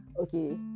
okay